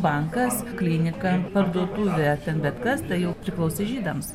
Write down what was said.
bankas klinika parduotuvė ten bet kas tai jau priklausė žydams